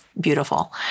beautiful